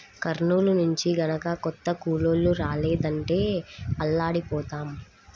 కర్నూలు నుంచి గనక కొత్త కూలోళ్ళు రాలేదంటే అల్లాడిపోతాం